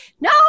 no